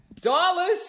Dollars